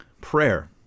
prayer